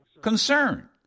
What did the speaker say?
Concern